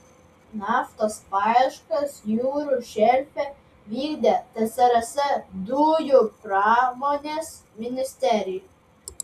naftos paieškas jūrų šelfe vykdė tsrs dujų pramonės ministerija